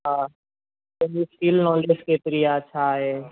हा पंहिंजी स्किल न हुजे केतिरी आहे छा आहे